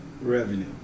revenue